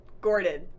Gordon